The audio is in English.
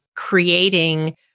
creating